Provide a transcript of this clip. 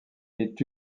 est